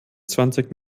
zwanzig